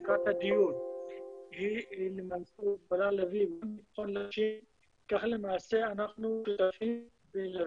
שמצוקת הדיור היא למעשה יכולה להביא --- כך למעשה אנחנו --- למצב